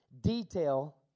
detail